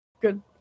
good